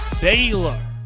Baylor